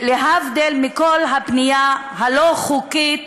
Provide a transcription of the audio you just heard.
להבדיל מכל הבנייה הלא-חוקית